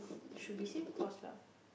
should be same course lah